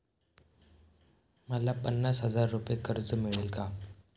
मला पन्नास हजार रुपये कर्ज मिळेल का?